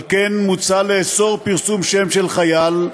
על כן, מוצע לאסור פרסום שם של חייל,